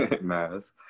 mass